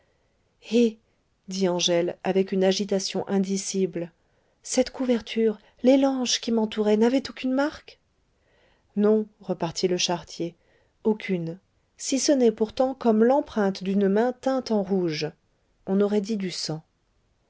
dit angèle avec une agitation indicible cette couverture les langes qui m'entouraient n'avaient aucune marque non repartit le charretier aucune si ce n'est pourtant comme l'empreinte d'une main teinte en rouge on aurait dit du sang